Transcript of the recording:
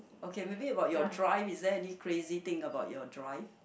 ya